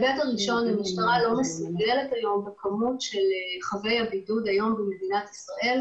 מבחינת כמות חייבי הבידוד במדינת ישראל,